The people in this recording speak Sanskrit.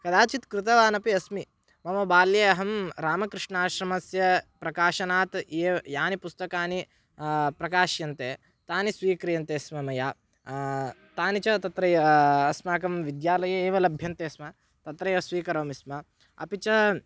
कदाचित् कृतवान् अपि अस्मि मम बाल्ये अहं रामकृष्णाश्रमस्य प्रकाशनात् एव यानि पुस्तकानि प्रकाश्यन्ते तानि स्वीक्रियन्ते स्म मया तानि च तत्र अस्माकं विद्यालये एव लभ्यन्ते स्म तत्रैव स्वीकरोमि स्म अपि च